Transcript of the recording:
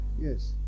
Yes